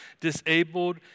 disabled